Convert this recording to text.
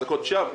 אזעקות שווא,